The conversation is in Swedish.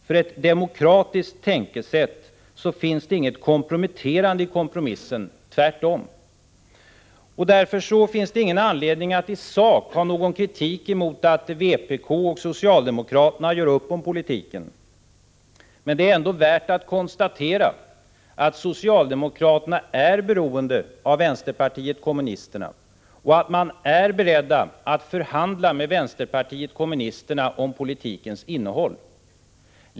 För ett demokratiskt tänkesätt finns det inget komprometterande i kompromissen, tvärtom. Det finns alltså ingen anledning att i sak anföra någon kritik emot att vpk och socialdemokraterna gör upp om politiken. Men det är ändå värt att konstatera att socialdemokraterna är beroende av vänsterpartiet kommunis terna och att de är beredda att förhandla med vänsterpartiet kommunisterna om politikens innehåll.